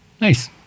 Nice